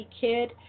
Kid